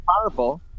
powerful